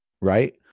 right